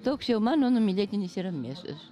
toks jau mano numylėtinis yra miestas